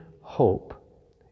hope